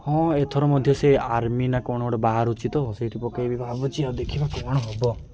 ହଁ ଏଥର ମଧ୍ୟ ସେ ଆର୍ମି ନା କ'ଣ ଗୋଟେ ବାହାରୁଛି ତ ସେଇଠି ପକେଇବି ଭାବୁଛି ଆଉ ଦେଖିବା କ'ଣ ହେବ